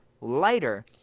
lighter